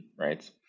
right